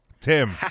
Tim